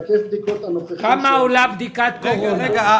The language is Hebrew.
כמה עולה בדיקת קורונה?